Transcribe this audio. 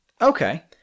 Okay